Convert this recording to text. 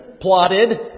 plotted